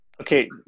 Okay